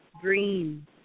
green